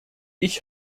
ich